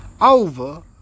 over